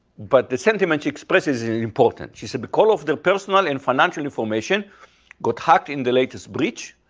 but the sentiment she expresses is important, she said because of the personal and financial information got hack in the latest breach,